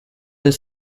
the